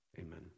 Amen